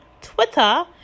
twitter